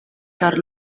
ĉar